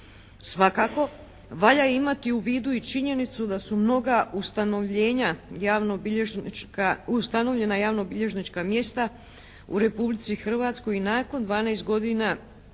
Svakako, valja imati u vidu i činjenicu da su mnoga ustanovljena javno-bilježnička mjesta u Republici Hrvatskoj nakon 12 godina službe